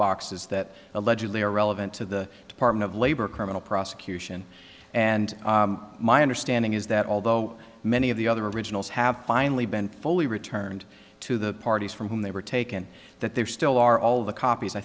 boxes that allegedly are relevant to the department of labor criminal prosecution and my understanding is that although many of the other originals have finally been fully returned to the parties from whom they were taken that there still are all the copies i